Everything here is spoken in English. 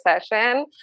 session